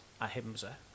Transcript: ahimsa